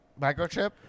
microchip